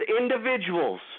individuals